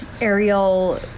Ariel